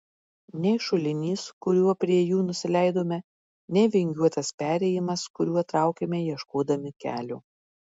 nei šulinys kuriuo prie jų nusileidome nei vingiuotas perėjimas kuriuo traukėme ieškodami kelio